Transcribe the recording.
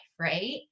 Right